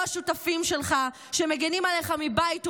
השותפים שלך שמגינים עליך מבית ובמחוץ,